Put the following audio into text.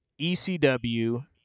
ECW